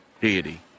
deity